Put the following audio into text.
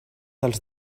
dels